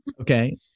okay